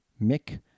Mick